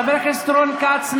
חבר הכנסת רון כץ,